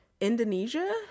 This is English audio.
Indonesia